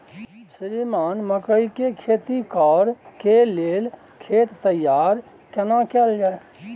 श्रीमान मकई के खेती कॉर के लेल खेत तैयार केना कैल जाए?